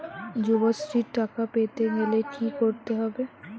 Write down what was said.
যুবশ্রীর টাকা পেতে গেলে কি করতে হবে?